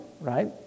right